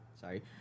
sorry